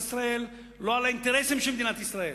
ישראל ולא על האינטרסים של מדינת ישראל.